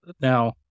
Now